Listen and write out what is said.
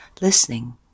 listening